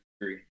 agree